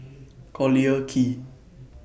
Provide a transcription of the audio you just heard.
Collyer Quay